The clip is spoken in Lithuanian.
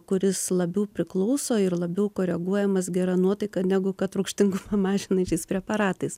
kuris labiau priklauso ir labiau koreguojamas gera nuotaika negu kad rūgštingumą mažinančiais preparatais